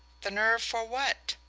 the nerve for what?